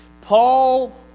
Paul